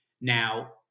now